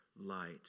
light